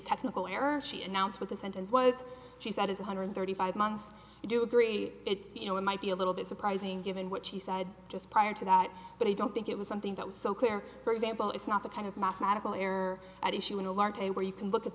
technical error she announced what the sentence was she said is one hundred thirty five months i do agree it's you know it might be a little bit surprising given what she said just prior to that but i don't think it was something that was so clear for example it's not the kind of mathematical error at issue in a large a where you can look at